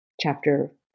Chapter